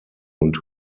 und